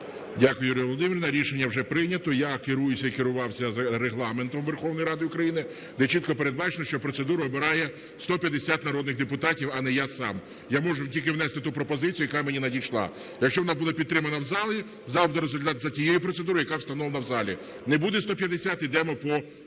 Дякую, Юлія Володимирівна. Рішення вже прийнято. Я керуюсь і керувався Регламент Верховної Ради України, де чітко передбачено, що процедуру обирає 150 народних депутатів, а не я сам. Я можу тільки внести ту пропозицію, яка мені надійшла. Якщо вона була підтримана в залі, зал буде розглядати за тією процедурою, яка встановлена в залі. Не буде 150 - йдемо по